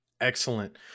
Excellent